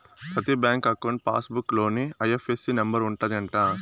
ప్రతి bank account passbook లోనే IFSC number ఉంటది అంట